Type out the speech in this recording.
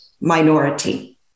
minority